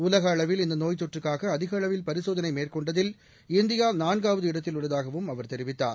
உலக அளவில் இந்த நோய் தொற்றுக்காக அதிக அளவில் பரிசோதனை மேற்கொண்டதில் இந்தியா நான்காவது இடத்தில் உள்ளதாகவும் அவர் தெரிவித்தார்